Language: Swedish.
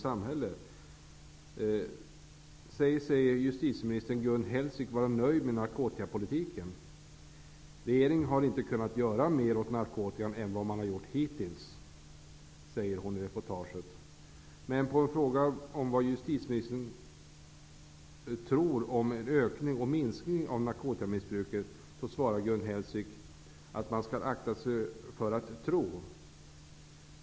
Samhälle -- säger sig justitieminister Gun Hellsvik vara nöjd med narkotikapolitiken. Regeringen har inte kunnat göra mer åt narkotikan än vad den har gjort hittills, säger hon i reportaget. Men på en fråga om vad justitieministern tror om en ökning resp. en minskning av narkotikamissbruket svarar Gun Hellsvik att man skall akta sig för att tro.